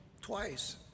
twice